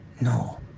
no